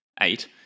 eight